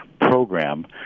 program